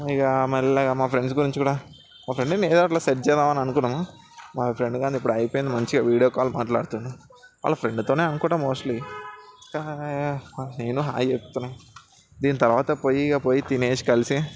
ఇహ మెల్లగా మా ఫ్రెండ్స్ గురించి కూడా మా ఫ్రెండ్ని ఏదో అట్లా సెట్ చేద్దాం అనుకున్నాము మా ఫ్రెండ్గానిది ఇప్పుడు అయిపోయింది మంచిగా వీడియో కాల్ మాట్లాడుతురు వాళ్ళ ఫ్రెండ్తోనే అనుకుంట మోస్ట్లీ నేను హాయ్ చెప్తానే దీని తరువాత పోయి ఇహ పోయి తినేసి కలిసి